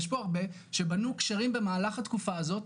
יש פה הרבה שבנו קשרים במהלך התקופה הזאת,